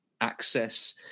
access